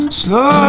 slow